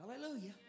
Hallelujah